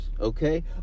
Okay